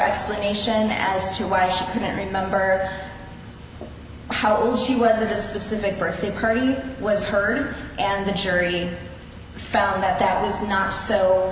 explanation as to why she couldn't remember how well she was at a specific birthday party was hurt and the jury found that that was not so